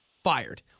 Fired